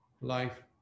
life